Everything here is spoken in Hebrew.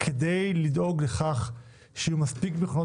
כדי לדאוג לכך שיהיו מספיק מכונות